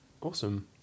Awesome